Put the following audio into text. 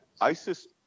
ISIS